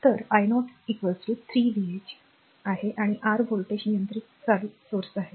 तर i0 3 v h आहे आणि r व्होल्टेज नियंत्रित चालू स्त्रोत आहे